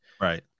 right